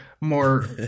more